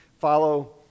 follow